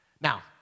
Now